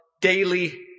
daily